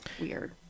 weird